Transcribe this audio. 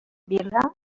vila